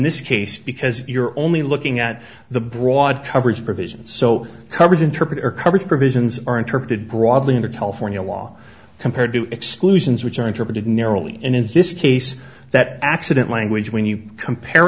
this case because you're only looking at the broad coverage provisions so covers interpreter coverage provisions are interpreted broadly under california law compared to exclusions which are interpreted narrowly and in his case that accident language when you compare